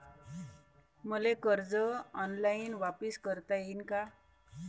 मले कर्ज ऑनलाईन वापिस करता येईन का?